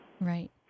Right